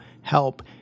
help